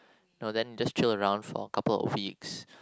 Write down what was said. no then just chill around for a couple of weeks